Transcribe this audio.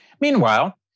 Meanwhile